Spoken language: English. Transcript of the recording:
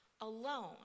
alone